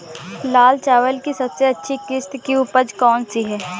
लाल चावल की सबसे अच्छी किश्त की उपज कौन सी है?